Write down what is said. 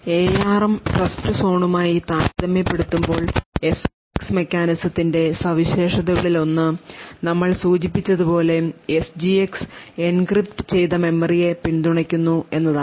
ARM ട്രസ്റ്റ്സോണുമായി താരതമ്യപ്പെടുത്തുമ്പോൾ SGX മെക്കാനിസത്തിന്റെ സവിശേഷതകളിലൊന്ന് ഞങ്ങൾ സൂചിപ്പിച്ചതുപോലെ എസ്ജിഎക്സ് എൻക്രിപ്റ്റ് ചെയ്ത മെമ്മറിയെ പിന്തുണയ്ക്കുന്നു എന്നതാണ്